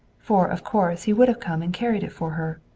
for of course he would have come and carried it for her.